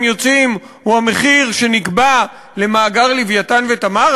יוצאים הוא המחיר שנקבע למאגר "לווייתן" ו"תמר"?